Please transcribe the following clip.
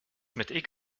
mit